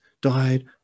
died